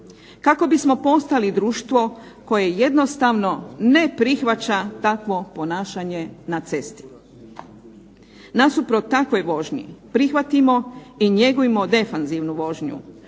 kako bismo postali društvo koje jednostavno ne prihvaća takvo ponašanje na cesti. Nasuprot takvoj vožnji prihvatimo i njegujmo defanzivnu vožnju,